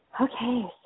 Okay